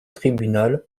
tribunal